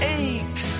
ache